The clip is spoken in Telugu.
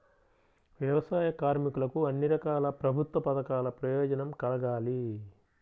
వ్యవసాయ కార్మికులకు అన్ని రకాల ప్రభుత్వ పథకాల ప్రయోజనం కలగాలి